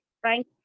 frank